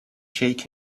shake